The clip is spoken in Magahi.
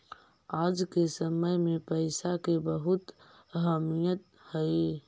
आज के समय में पईसा के बहुत अहमीयत हई